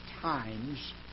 times